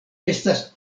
estas